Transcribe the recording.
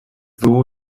dugu